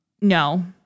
No